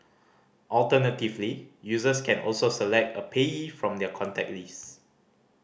alternatively users can also select a payee from their contact list